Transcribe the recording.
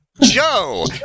Joe